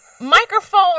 microphone